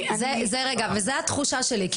זו התחושה שלי,